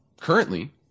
currently